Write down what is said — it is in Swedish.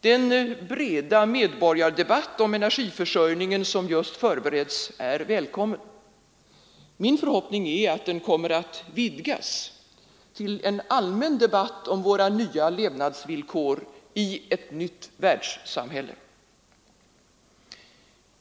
Den breda medborgardebatt om energiförsörjningen som just förbereds är välkommen. Min förhoppning är att den kommer att vidgas till en allmän debatt om våra nya levnadsvillkor i ett nytt världssamhälle.